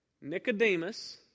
Nicodemus